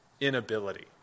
inability